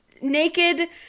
naked